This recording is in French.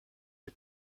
est